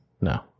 No